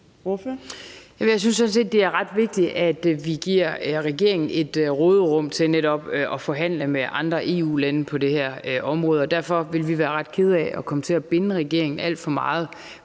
set, at det er ret vigtigt, at vi giver regeringen et råderum til netop at forhandle med andre EU-lande på det her område, og derfor vil vi være ret kede af at komme til at binde regeringen alt for meget